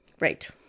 right